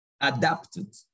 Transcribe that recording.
adapted